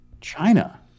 china